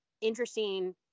interesting